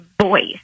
voice